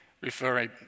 referring